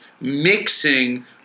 mixing